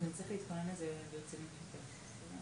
נציג הסיבור חבר המוסד צריך לדווח על